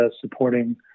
supporting